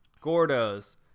Gordo's